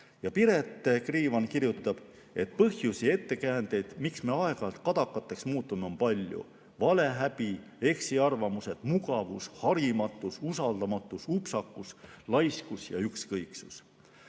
Piret Kriivan kirjutab, et põhjusi, ettekäändeid, miks me aeg-ajalt kadakateks muutume, on palju: valehäbi, eksiarvamused, mugavus, harimatus, usaldamatus, upsakus, laiskus ja ükskõiksus.